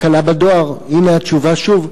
תקלה בדואר, הנה התשובה שוב.